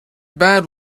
bad